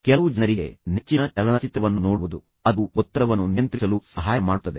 ಕೆಲವು ಜನರಿಗೆ ನೆಚ್ಚಿನ ಚಲನಚಿತ್ರವನ್ನು ನೋಡುವುದು ಅದು ಒತ್ತಡವನ್ನು ನಿಯಂತ್ರಿಸಲು ಸಹಾಯ ಮಾಡುತ್ತದೆ